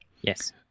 Yes